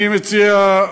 אני מציע,